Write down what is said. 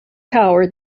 power